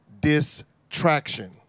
distraction